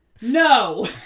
No